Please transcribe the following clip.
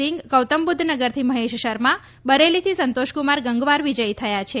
સિંઘ ગૌતમ બુદ્ધ નગરથી મહેશ શર્મા બરેલીથી સંતોષકુમાર ગંગવાર વિજયી થયા છે